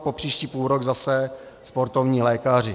Po příští půlrok zase sportovní lékaři.